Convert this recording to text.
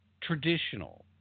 traditional